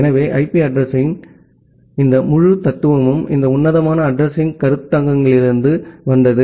எனவே ஐபி அட்ரஸிங்யின் இந்த முழு தத்துவமும் இந்த உன்னதமான அட்ரஸிங்கருத்தாக்கங்களிலிருந்து வந்தது